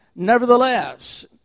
Nevertheless